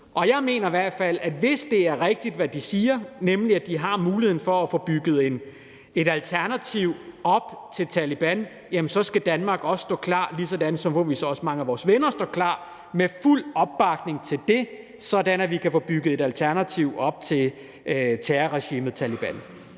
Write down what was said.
og jeg mener i hvert fald, at hvis det er rigtigt, hvad de siger, nemlig at de har muligheden for at få bygget et alternativ til Taleban op, så skal Danmark også stå klar, ligesom forhåbentligvis også mange af vores venner står klar, med fuld opbakning til det, sådan at vi kan få bygget et alternativ til terrorregimet Taleban